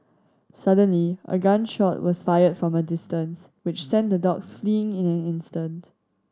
suddenly a gun shot was fired from a distance which sent the dogs fleeing in an instant